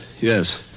Yes